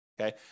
okay